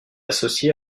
associé